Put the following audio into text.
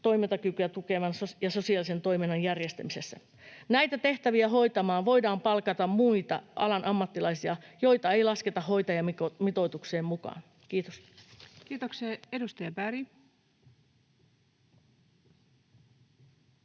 toimintakykyä tukevan ja sosiaalisen toiminnan järjestämisessä. Näitä tehtäviä hoitamaan voidaan palkata muita alan ammattilaisia, joita ei lasketa hoitajamitoitukseen mukaan. — Kiitos. [Speech 227]